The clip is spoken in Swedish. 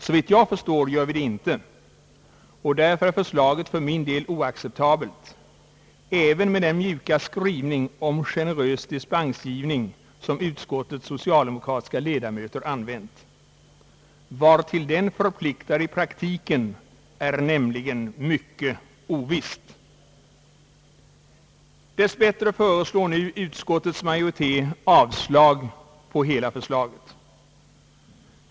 Såvitt jag förstår gör vi det inte, och därför är förslaget för min del oacceptabelt även med den mjuka skrivning om generös dispensgivning som utskottets socialdemokratiska ledamöter har använt. Vartill den i praktiken förpliktar är nämligen mycket ovisst. Dess bättre yrkar nu utskottets majoritet avslag på hela förslaget.